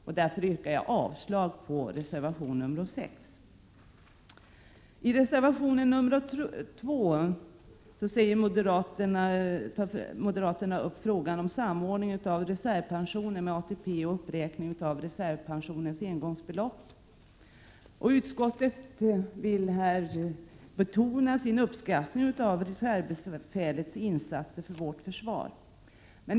Jag yrkar med anledning därav avslag på reservation nr 6. I reservation nr 7 tar moderaterna upp frågan om samordning av reservpensionen med ATP och uppräkning av reservpensionens engångsbelopp. Utskottet vill betona sin uppskattning av reservbefälets insatser för vårt försvar.